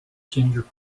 ginger